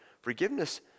Forgiveness